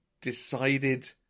decided